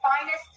finest